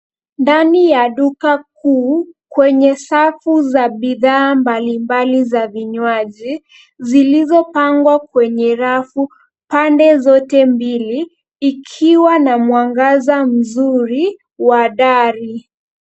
Ndani ya duka kuu kwenye safu mbalimbali za vinywaji zilizopangwa kwenye rafu pande zote mbili ikiwa na mwangaza mzuri wa dari.